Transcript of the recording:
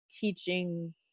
teaching